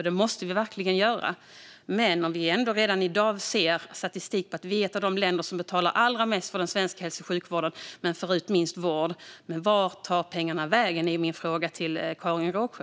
Det måste vi verkligen göra. Men vi ser redan i dag att Sverige är ett av de länder som betalar allra mest för hälso och sjukvården men får ut minst vård. Vart tar pengarna vägen? Det är min fråga till Karin Rågsjö.